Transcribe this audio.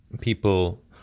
people